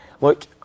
look